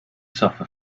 suffer